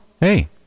hey